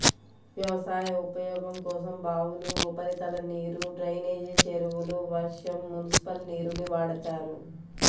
వ్యవసాయ ఉపయోగం కోసం బావులు, ఉపరితల నీరు, డ్రైనేజీ చెరువులు, వర్షం, మునిసిపల్ నీరుని వాడతారు